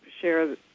share